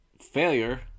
failure